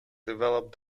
develop